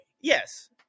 Yes